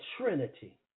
Trinity